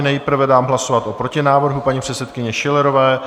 Nejprve dám hlasovat o protinávrhu paní předsedkyně Schillerové.